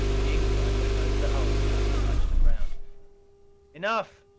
the incline went over the hull side and touched the ground enough!